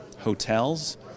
hotels